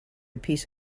piece